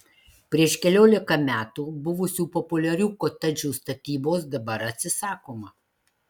prieš keliolika metų buvusių populiarių kotedžų statybos dabar atsisakoma